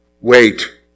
Wait